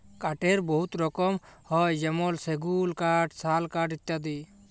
কাঠের বহুত রকম হ্যয় যেমল সেগুল কাঠ, শাল কাঠ ইত্যাদি